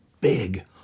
big